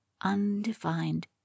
undefined